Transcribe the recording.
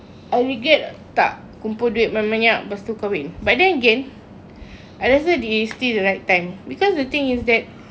I regret tak kumpul duit banyak-banyak lepas tu kahwin but then again I rasa this is still the right time because the thing is that